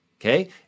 okay